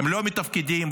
לא מתפקדים,